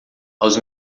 aos